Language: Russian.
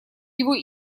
его